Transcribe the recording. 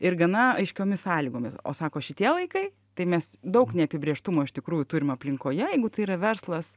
ir gana aiškiomis sąlygomis o sako šitie laikai tai mes daug neapibrėžtumo iš tikrųjų turim aplinkoje jeigu tai yra verslas